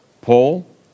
Paul